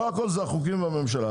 לא הכול זה החוקים והממשלה,